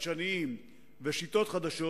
חדשניים ושיטות חדשות,